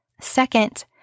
Second